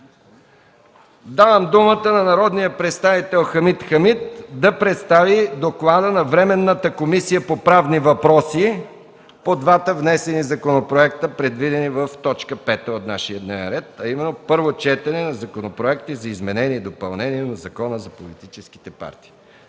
Давам думата на народния представител Хамид Хамид да представи доклада на Временната комисия по правни въпроси по двата внесени законопроекта, предвидени в точка пета от нашия дневен ред, а именно Първо четене на Законопроекти за изменение и допълнение на Закона за политическите партии.